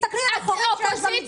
תסתכלי מה יש במתווה.